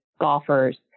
golfers